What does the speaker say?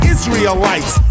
Israelites